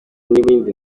n’ibindi